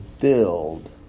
build